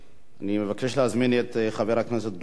אני מבקש להזמין את חבר הכנסת דב חנין,